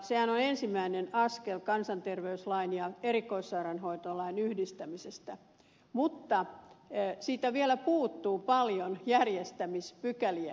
sehän on ensimmäinen askel kansanterveyslain ja erikoissairaanhoitolain yhdistämisestä mutta siitä vielä puuttuu paljon järjestämispykäliä